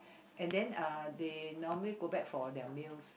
and then uh they normally go back for their meals